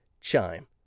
Chime